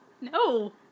No